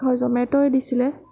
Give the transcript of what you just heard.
হয় জমেট'ই দিছিলে